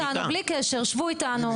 שבו איתנו, בלי קשר, שבו איתנו.